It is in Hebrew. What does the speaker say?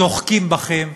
דוחקים בכם,